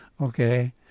okay